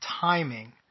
timing